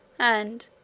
and,